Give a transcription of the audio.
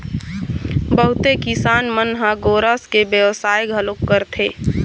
बहुते किसान मन ह गोरस के बेवसाय घलोक करथे